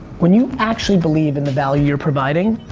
when you actually believe in the value you're providing,